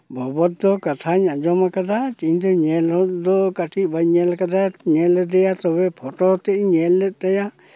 ᱵᱷᱚᱜᱚᱛ ᱫᱚ ᱠᱟᱛᱷᱟᱧ ᱟᱸᱡᱚᱢ ᱠᱟᱫᱟ ᱤᱧ ᱫᱚ ᱧᱮᱞ ᱦᱚᱸ ᱫᱚ ᱠᱟᱹᱴᱤᱧ ᱵᱟᱹᱧ ᱧᱮᱞᱠᱟᱫᱟ ᱧᱮᱞ ᱞᱮᱫᱮᱭᱟ ᱛᱳ ᱯᱷᱳᱴᱳ ᱛᱮᱫ ᱤᱧ ᱧᱮᱞ ᱞᱮᱫ ᱛᱟᱭᱟ